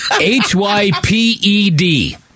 H-Y-P-E-D